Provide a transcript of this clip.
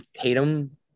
Tatum